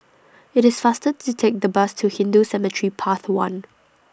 IT IS faster to Take The Bus to Hindu Cemetery Path one